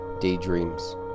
daydreams